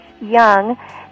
Young